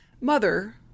mother